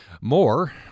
More